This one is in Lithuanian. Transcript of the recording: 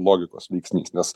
logikos veiksnys nes